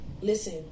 listen